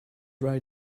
right